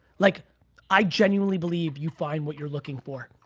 like i genuinely believe you find what you're looking for.